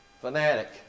fanatic